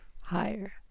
higher